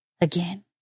again